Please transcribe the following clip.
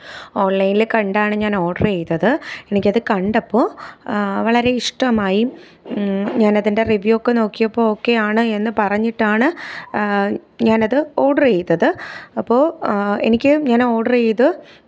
ഓൺലൈനിൽ കണ്ടാണ് ഞാൻ ഓർഡർ ചെയ്തത് എനിക്കത് കണ്ടപ്പോൾ വളരെ ഇഷ്ടമായി ഞാൻ അതിൻ്റെ റിവ്യൂ ഒക്കെ നോക്കിയപ്പോൾ ഓക്കെ ആണെന്ന് പറഞ്ഞിട്ടാണ് ഞാൻ അത് ഓർഡർ ചെയ്തത് അപ്പോൾ എനിക്ക് ഞാൻ ഓർഡർ ചെയ്തത്